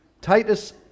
Titus